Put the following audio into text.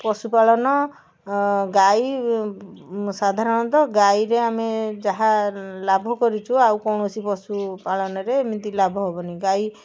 ପଶୁପାଳନ ଗାଈ ସାଧାରଣତଃ ଗାଈରେ ଆମେ ଯାହା ଲାଭ କରିଛୁ ଆଉ କୌଣସି ପଶୁ ପାଳନରେ ଏମିତି ଲାଭ ହବନି ଗାଈ